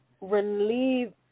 relieve